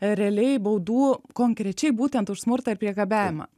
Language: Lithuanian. realiai baudų konkrečiai būtent už smurtą ir priekabiavimą